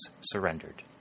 surrendered